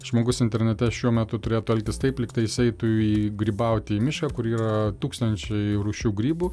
žmogus internete šiuo metu turėtų elgtis lygtai jisai eitų į grybauti į mišką kur yra tūkstančiai rūšių grybų